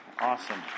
awesome